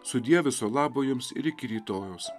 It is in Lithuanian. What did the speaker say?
sudie viso labo jums ir iki rytojaus